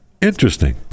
interesting